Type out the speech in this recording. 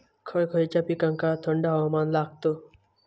खय खयच्या पिकांका थंड हवामान लागतं?